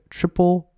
Triple